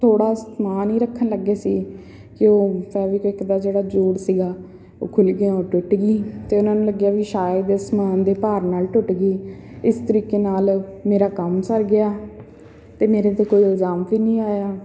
ਥੋੜ੍ਹਾ ਸਮਾਨ ਹੀ ਰੱਖਣ ਲੱਗੇ ਸੀ ਕਿ ਉਹ ਫੈਵੀਕਵਿੱਕ ਦਾ ਜਿਹੜਾ ਜੋੜ ਸੀਗਾ ਉਹ ਖੁੱਲ੍ਹ ਗਿਆ ਉਹ ਟੁੱਟ ਗਈ ਅਤੇ ਉਹਨਾਂ ਨੂੰ ਲੱਗਿਆ ਵੀ ਸ਼ਾਇਦ ਇਹ ਸਮਾਨ ਦੇ ਭਾਰ ਨਾਲ਼ ਟੁੱਟ ਗਈ ਇਸ ਤਰੀਕੇ ਨਾਲ਼ ਮੇਰਾ ਕੰਮ ਸਰ ਗਿਆ ਅਤੇ ਮੇਰੇ 'ਤੇ ਕੋਈ ਇਲਜ਼ਾਮ ਵੀ ਨਹੀਂ ਆਇਆ